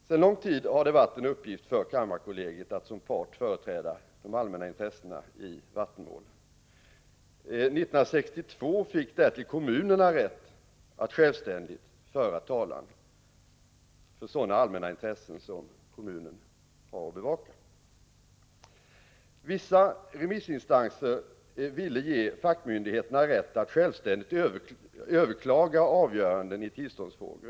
Sedan lång tid har det varit en uppgift för kammarkollegiet att som part företräda de allmänna intressena i vattenmål. 1962 fick därtill kommunerna rätt att självständigt föra talan för sådana allmänna intressen som kommunen har att bevaka. Vissa remissinstanser ville ge fackmyndigheterna rätt att självständigt överklaga avgöranden i tillståndsfrågor.